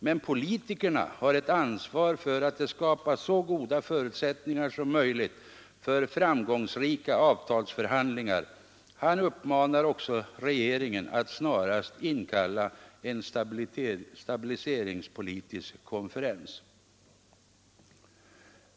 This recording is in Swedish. Men politikerna har ett ansvar för att det skapas så goda förutsättningar som möjligt för framgångsrika avtalsförhandlingar. Han uppmanar också regeringen att snarast inkalla en stabiliseringspolitisk konferens.